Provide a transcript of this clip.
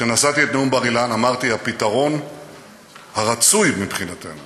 כשנשאתי את נאום בר-אילן אמרתי שהפתרון הרצוי מבחינתנו